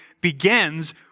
begins